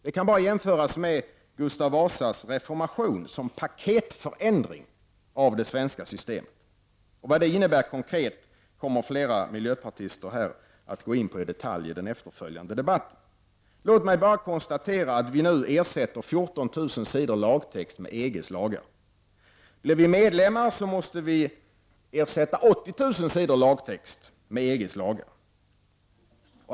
Det är en paketförändring av det svenska systemet som bara kan jämföras med Gustav Vasas reformation. Vad det innebär konkret kommer flera miljöpartister att gå in på i detalj i den efterföljande debatten. Låt mig bara konstatera att vi nu ersätter 14 000 sidor lagtext med EGs lagar. Blir Sverige medlem, så måste vi ersätta 80 000 sidor lagtext med EGs lagar.